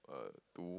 uh two